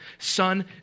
Son